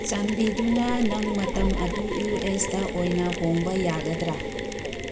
ꯆꯥꯟꯕꯤꯗꯨꯅ ꯅꯪ ꯃꯇꯝ ꯑꯗꯨ ꯌꯨ ꯑꯦꯁꯗ ꯑꯣꯏꯅ ꯍꯦꯡꯕ ꯌꯥꯒꯗ꯭ꯔꯥ